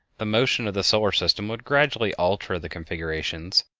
the motion of the solar system would gradually alter the configurations,